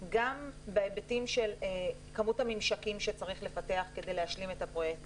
גם בהיבטים של כמות הממשקים שצריך לפתח כדי להשלים את הפרויקט,